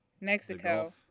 Mexico